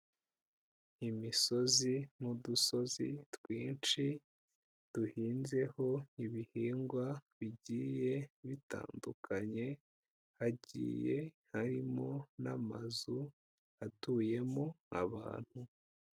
Imisozi n'udusozi twinshi, duhinzeho ibihingwa bigiye bitandukanye, hagiye harimo n'amazu atuyemo abantu.